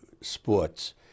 sports